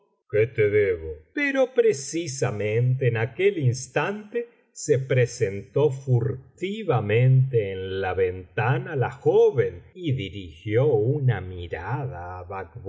te debo pero precisamente en aquel instante se presentó furtivamente en la ventana la joven y dirigió una mirada